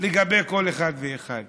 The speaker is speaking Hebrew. לגבי כל אחד ואחד.